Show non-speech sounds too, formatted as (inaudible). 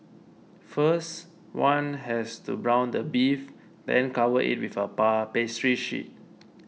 first one has to brown the beef then cover it with a (unintelligible) pastry sheet